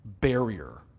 barrier